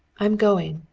i'm going,